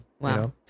wow